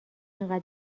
انقدر